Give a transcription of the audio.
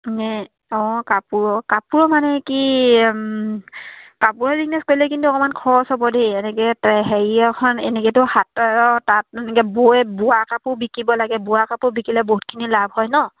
নে অঁ কাপোৰৰ কাপোৰ মানে কি কাপোৰৰ বিজনেছ কৰিলে কিন্তু অকমান খৰচ হ'ব দেই এনেকে হেৰি এখন এনেকেতো হাত তাঁত এনেকে বৈ বোৱা কাপোৰ বিকিব লাগে বোৱা কাপোৰ বিকিলে বহুতখিনি লাভ হয় ন